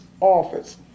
office